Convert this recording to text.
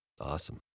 Awesome